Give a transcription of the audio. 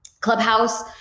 Clubhouse